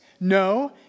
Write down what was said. No